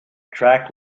track